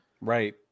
Right